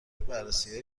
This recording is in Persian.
بررسیهای